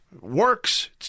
Works